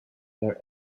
their